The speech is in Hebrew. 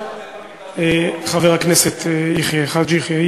חבר הכנסת חאג' יחיא,